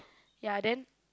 ya then